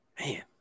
Man